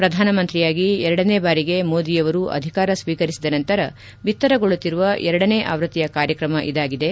ಪ್ರಧಾನಮಂತ್ರಿಯಾಗಿ ಎರಡನೇ ಬಾರಿಗೆ ಮೋದಿಯವರು ಅಧಿಕಾರ ಸ್ವೀಕರಿಸಿದ ನಂತರ ಬಿತ್ತರಗೊಳ್ಳುತ್ತಿರುವ ಎರಡನೇ ಆವೃತ್ತಿಯ ಕಾರ್ಯಕ್ರಮ ಇದಾಗಿದೆ